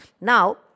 Now